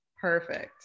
Perfect